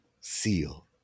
Seal